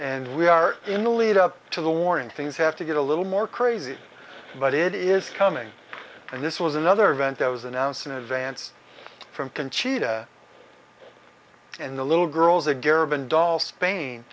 and we are in the lead up to the warning things have to get a little more crazy but it is coming and this was another event that was announced in advance from conchita and the little girls a